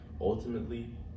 ultimately